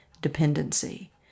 dependency